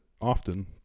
often